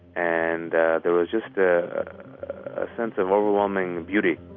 and there was just ah a sense of overwhelming beauty.